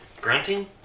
grunting